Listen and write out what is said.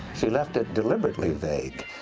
she left it deliberately vague,